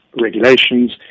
regulations